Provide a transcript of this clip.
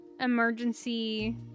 emergency